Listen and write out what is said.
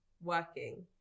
working